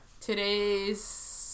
Today's